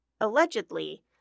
Allegedly